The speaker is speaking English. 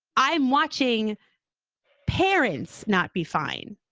i'm watching parents not be fine.